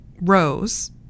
rows